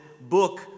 book